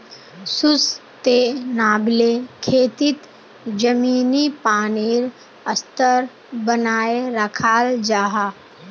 sustainable खेतित ज़मीनी पानीर स्तर बनाए राखाल जाहा